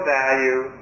value